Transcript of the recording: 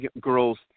girls